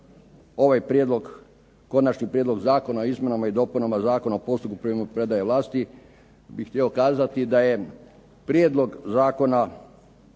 ovaj Konačni prijedlog zakona o izmjenama i dopunama Zakona o postupku primopredaje vlasti, bih htio kazati da je Prijedlog zakona